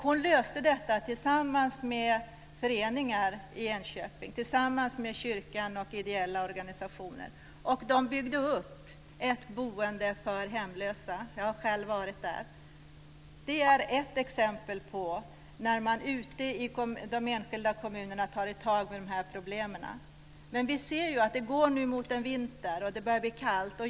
Hon löste detta tillsammans med föreningar i Enköping, med kyrkan och ideella organisationer. De byggde upp ett boende för hemlösa. Jag har själv varit där. Det är ett exempel på när man ute i de enskilda kommunerna tar tag i dessa problem. Nu ser vi att det går mot vinter och det börjar bli kallt.